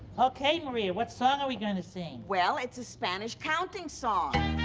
okay, maria, what song are we gonna sing? well, it's a spanish counting song!